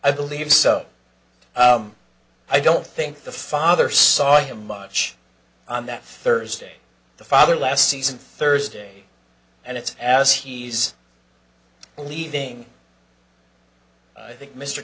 i believe so i don't think the father saw him much on that thursday the father last season thursday and it's as he's leaving i think mr